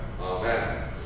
Amen